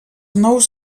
nous